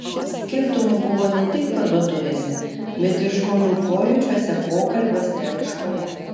skirtumų buvo ne tik parduotuvėse bet ir žmonių pojūčiuose pokalbiuose raiškoje